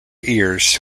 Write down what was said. ears